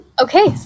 Okay